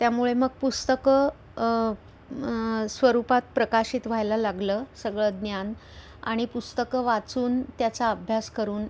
त्यामुळे मग पुस्तकं स्वरूपात प्रकाशित व्हायला लागलं सगळं ज्ञान आणि पुस्तकं वाचून त्याचा अभ्यास करून